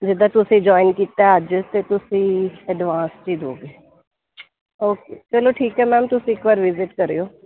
ਜਿਦਾਂ ਤੁਸੀਂ ਜੁਆਇਨ ਕੀਤਾ ਅੱਜ ਅਤੇ ਤੁਸੀਂ ਐਡਵਾਂਸ 'ਚ ਦਿਓਗੇ ਚਲੋ ਠੀਕ ਹੈ ਮੈਮ ਤੁਸੀਂ ਇਕ ਵਾਰ ਵਿਜਿਟ ਕਰਿਓ